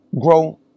grow